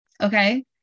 okay